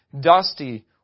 dusty